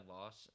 loss